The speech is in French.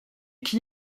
qui